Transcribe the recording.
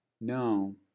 no